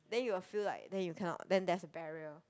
then you will feel like that you cannot then there's a barrier